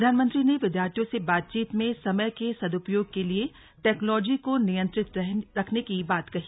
प्रधानमंत्री ने विद्यार्थियों से बातचीत में समय के सदुपयोग के लिए टैक्नोलोजी को नियंत्रित रखने की बात कही